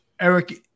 Eric